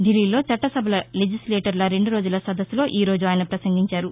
ధిల్లీలో చట్టసభల లెజిస్లేటర్ల రెండురోజుల సదస్పులో ఈరోజు ఆయన పసంగించారు